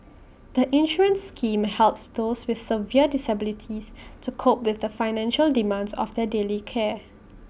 the insurance scheme helps those with severe disabilities to cope with the financial demands of their daily care